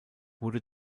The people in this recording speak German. wurde